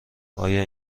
آیا